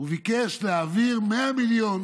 הוא ביקש להעביר 100 מיליון